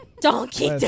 Donkey